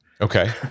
Okay